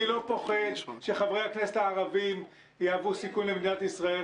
אני לא פוחד שחברי הכנסת הערבים יהוו סיכון למדינת ישראל.